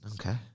Okay